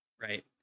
right